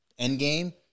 Endgame